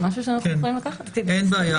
אין בעיה.